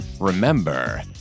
remember